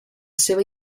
seva